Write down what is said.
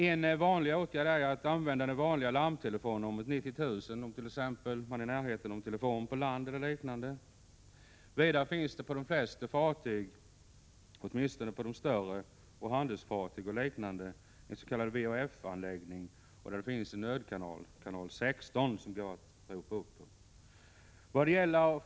En vanlig åtgärd är att begagna det vanliga larmtelefonnumret 90 000, om man är i närheten av en telefon på land. Det finns vidare på de flesta fartyg — åtminstone på de större fartygen, på handelsfartyg och liknande — en s.k. vhf-anläggning, och det finns en nödkanal, kanal 16, som kan användas.